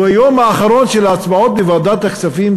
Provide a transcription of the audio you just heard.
והיום האחרון של ההצבעות בוועדת הכספים,